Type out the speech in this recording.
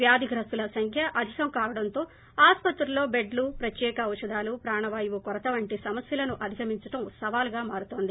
వ్యాధిగ్రస్తుల సంఖ్య అధికం కావడంతో ఆసుపత్రులలో బెడ్లు ప్రత్యేక ఔషధాలు ప్రాణవాయువు కొరత వంటి సమస్యలను అధిగమించడం సవాలుగా మారుతోంది